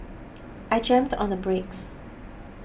I jammed on the brakes